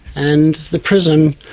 and the prison,